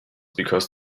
because